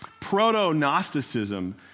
proto-Gnosticism